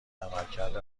عملکرد